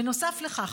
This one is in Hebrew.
בנוסף לכך,